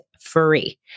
free